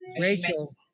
Rachel